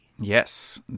Yes